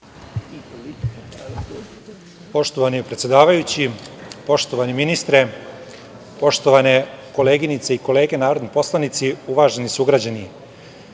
Poštovani predsedavajući, poštovani ministre, poštovane koleginice i kolege narodni poslanici, uvaženi sugrađani,